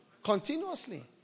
Continuously